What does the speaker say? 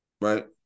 right